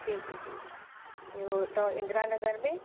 जी जी जी इहो अथव इन्द्रा नगर में